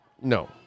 No